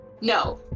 No